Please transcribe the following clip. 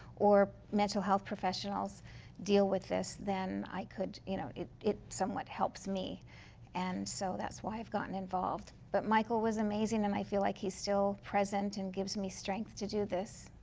or mental health professionals deal with this, then i could you know it it someone helps me and so that's why i've gotten involved. but michael was amazing. um i feel like he's still present and gives me strength to do this?